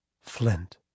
Flint